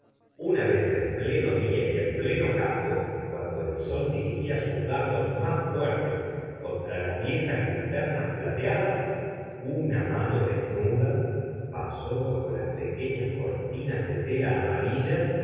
una vez en pleno día y en plel lo campo cuando el sol dirigía sus dardos más fuertes contra las viela ser ora dr bova ry gmstavo flaubert jas linternas plateadas una mano desnuda pasó ba jo las pequefías cortinas de tela amarilla